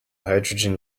hydrogen